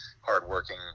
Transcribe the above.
hardworking